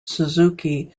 suzuki